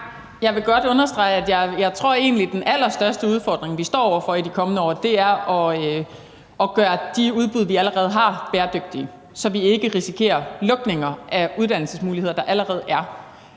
Jeg vil godt understrege, at jeg egentlig tror, at den allerstørste udfordring, vi står over for i de kommende år, er, at gøre de udbud, vi allerede har, bæredygtige, så vi ikke risikerer lukninger af uddannelsesmuligheder, der allerede